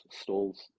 stalls